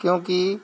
ਕਿਉਂਕਿ